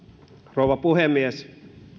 rouva puhemies